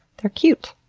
they're cute.